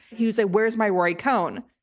he would say, where's my roy cohn?